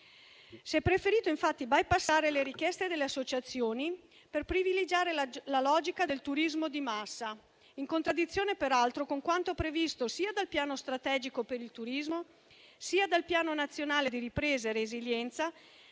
Si è preferito, infatti, bypassare le richieste delle associazioni per privilegiare la logica del turismo di massa, in contraddizione, peraltro, con quanto previsto sia dal piano strategico per il turismo sia dal Piano nazionale di ripresa e resilienza,